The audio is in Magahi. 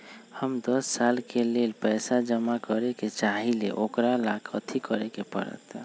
हम दस साल के लेल पैसा जमा करे के चाहईले, ओकरा ला कथि करे के परत?